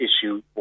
issue